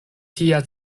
tia